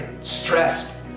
stressed